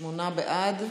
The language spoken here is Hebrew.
שמונה בעד.